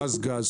פזגז,